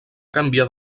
canviar